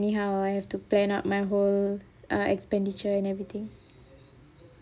anyhow I have to plan up my whole uh expenditure and everything